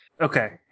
Okay